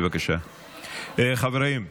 בבקשה, חברים,